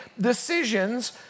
decisions